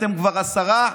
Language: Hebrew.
אתם כבר עשרה: